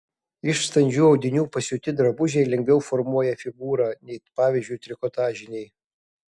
iš standžių audinių pasiūti drabužiai lengviau formuoja figūrą nei pavyzdžiui trikotažiniai